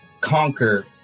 conquer